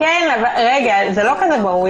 זה לא כזה ברור.